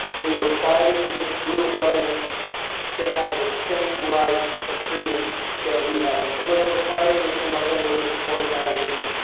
who were fighting against brutal governments to have the same rights and freedoms that we have. and some of them were fighting, and some of them were just organizing,